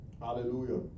Hallelujah